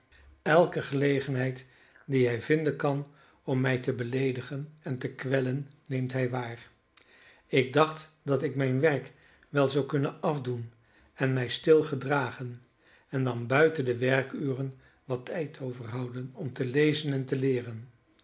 elke gelegenheid die hij vinden kan om mij te beleedigen en te kwellen neemt hij waar ik dacht dat ik mijn werk wel zou kunnen afdoen en mij stil gedragen en dan buiten de werkuren wat tijd overhouden om te lezen en te leeren